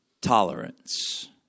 Tolerance